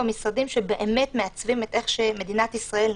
הם נמצאים במשרדים שבאמת מעצבים את המראה של מדינת ישראל.